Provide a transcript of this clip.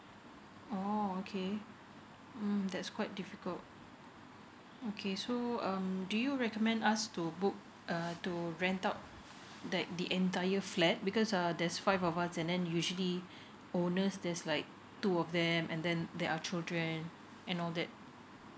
oh okay mm that's quite difficult mm okay so um do you recommend us to book err to rent out that the entire flat because uh there's five of us and then usually owners there's like two of them and then there are children and all that